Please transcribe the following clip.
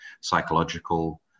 psychological